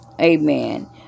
Amen